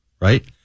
Right